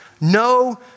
No